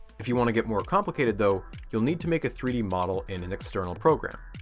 if you want to get more complicated though, you'll need to make a three d model in an external program.